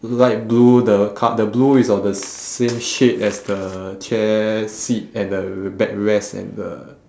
light blue the car the blue is of the same shade as the chair seat and the backrest and the